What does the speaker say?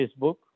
facebook